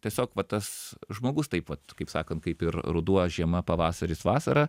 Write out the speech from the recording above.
tiesiog va tas žmogus taip vat kaip sakant kaip ir ruduo žiema pavasaris vasara